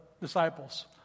disciples